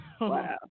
Wow